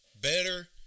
better